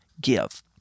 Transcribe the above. give